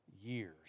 years